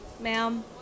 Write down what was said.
ma'am